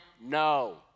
no